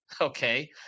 okay